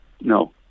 No